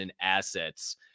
assets